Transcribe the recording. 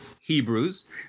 Hebrews